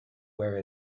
where